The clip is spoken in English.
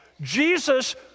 Jesus